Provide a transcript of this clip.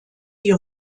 die